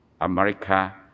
America